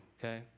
okay